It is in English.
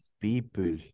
people